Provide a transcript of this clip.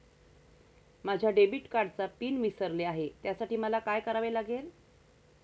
माझ्या डेबिट कार्डचा पिन विसरले आहे त्यासाठी मला काय करावे लागेल?